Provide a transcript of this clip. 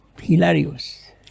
hilarious